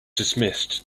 dismissed